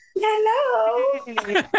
Hello